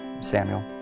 Samuel